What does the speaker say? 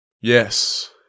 yes